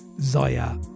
Zaya